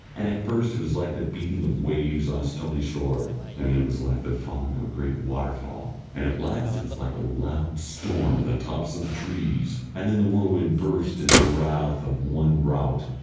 and at first it was like the beating of waves on a stony shore, and then it was like the falling of a great waterfall, and at last it was like a loud storm in the tops of the trees, and then the whirlwind burst into the rath of one rout,